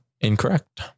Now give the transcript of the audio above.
Incorrect